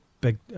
big